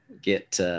get